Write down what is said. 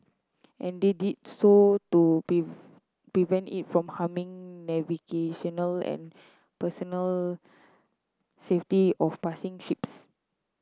and they did so to prevent it from harming navigational and personnel safety of passing ships